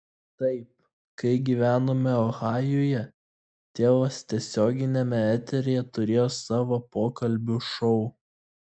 taip kai gyvenome ohajuje tėvas tiesioginiame eteryje turėjo savo pokalbių šou